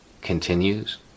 continues